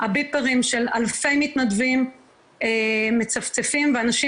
הביפרים של אלפי מתנדבים מצפצפים ואנשים